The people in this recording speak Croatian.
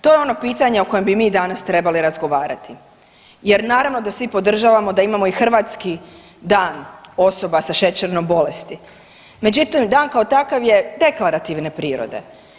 To je ono pitanje o kojem bi mi danas trebali razgovarati jer naravno da svi podržavamo da imamo i hrvatski Dan osoba sa šećernom bolesti, međutim, dan kao takav je deklarativne prirode.